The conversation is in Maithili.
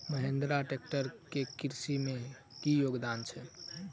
महेंद्रा ट्रैक्टर केँ कृषि मे की योगदान छै?